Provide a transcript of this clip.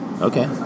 Okay